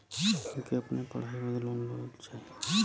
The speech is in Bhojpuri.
हमके अपने पढ़ाई बदे लोन लो चाही?